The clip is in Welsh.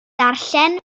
darllen